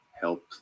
help